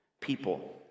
people